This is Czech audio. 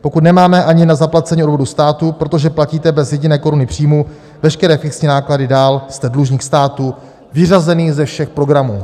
Pokud nemáte ani na zaplacení odvodu státu, protože platíte bez jediné koruny příjmu veškeré fixní náklady dál, jste dlužník státu vyřazený ze všech programů.